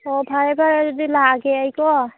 ꯑꯣ ꯐꯔꯦ ꯐꯔꯦ ꯑꯗꯨꯗꯤ ꯂꯥꯛꯑꯒꯦ ꯑꯩꯀꯣ